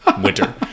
winter